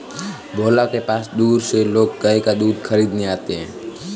भोला के पास दूर से लोग गाय का दूध खरीदने आते हैं